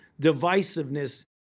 divisiveness